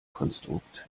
konstrukt